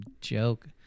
joke